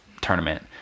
tournament